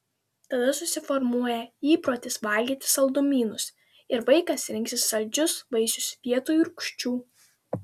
tada susiformuoja įprotis valgyti saldumynus ir vaikas rinksis saldžius vaisius vietoj rūgščių